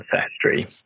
Ancestry